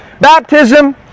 baptism